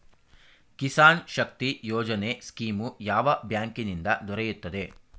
ಕಿಸಾನ್ ಶಕ್ತಿ ಯೋಜನೆ ಸ್ಕೀಮು ಯಾವ ಬ್ಯಾಂಕಿನಿಂದ ದೊರೆಯುತ್ತದೆ?